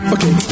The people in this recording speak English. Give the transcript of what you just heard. Okay